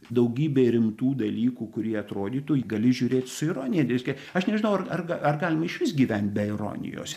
daugybę rimtų dalykų kurie atrodytų gali žiūrėt su ironija reiškia aš nežinau ar ar ga ar galima išvis gyvent be ironijos